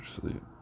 sleep